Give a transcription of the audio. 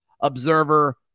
Observer